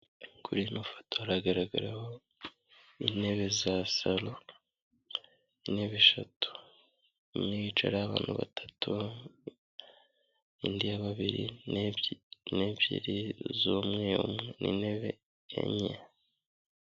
Kuri ino foto haragaragaraho intebe za salo intebe eshatu, imwe yicaraho abantu batatu indi ya babiri n'ebyiri z'umwe umwe, ni intebe enye.